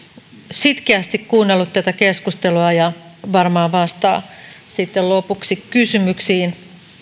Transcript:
sitkeästi kuunnellut tätä keskustelua ja varmaan vastaa sitten lopuksi kysymyksiin